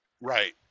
Right